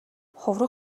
хувраг